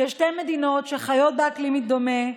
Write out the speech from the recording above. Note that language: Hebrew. כשתי מדינות שחיות באקלים דומה,